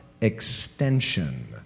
extension